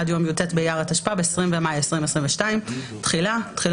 עד יום י"ט באייר התשפ"ב (20 במאי 2022)" תחילה5.